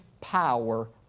power